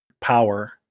power